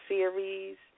Series